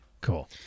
Cool